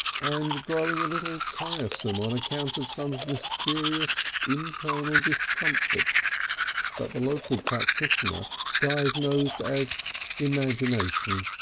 and growing a little tiresome on account of some mysterious internal discomfort that the local practitioner diagnosed as imagination.